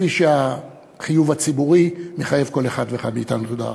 כפי שהחיוב הציבורי מחייב כל אחד ואחד מאתנו.